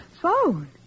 Phone